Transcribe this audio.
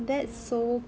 ya